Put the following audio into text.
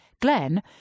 Glenn